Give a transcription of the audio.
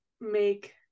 make